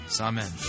Amen